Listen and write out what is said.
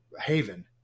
haven